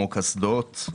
קסדות.